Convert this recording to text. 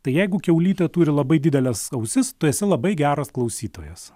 tai jeigu kiaulytė turi labai dideles ausis tu esi labai geras klausytojas